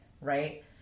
right